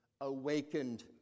awakened